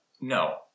no